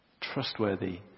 Trustworthy